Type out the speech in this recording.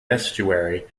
estuary